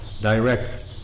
Direct